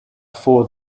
for